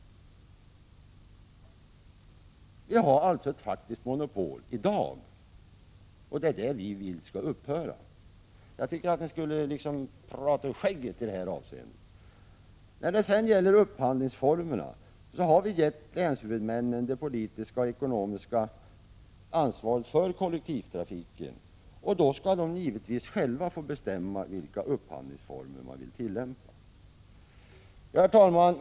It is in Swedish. Det råder alltså ett faktiskt monopol i dag, och det är detta som vi vill skall upphöra. Jag tycker att ni skulle tala ur skägget i detta avseende. När det sedan gäller upphandlingsformerna har vi gett länshuvudmännen det politiska och ekonomiska ansvaret för kollektivtrafiken. De skall givetvis själva få bestämma vilka upphandlingsformer som skall tillämpas. Herr talman!